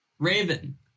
Raven